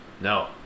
No